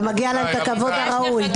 ומגיע להם את הכבוד הראוי.